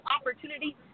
opportunity